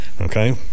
Okay